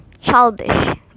childish